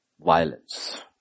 Violence